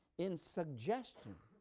in suggestion,